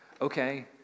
Okay